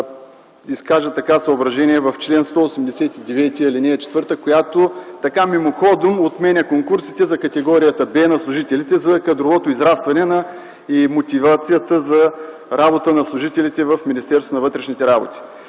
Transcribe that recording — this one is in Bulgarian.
изкажа съображение по чл. 189, ал. 4, която мимоходом отменя конкурсите за категория Б на служителите, за кадровото израстване и мотивацията за работа на служителите в Министерството на вътрешните работи.